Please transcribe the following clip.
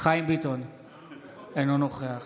אינו נוכח